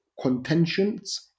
contentions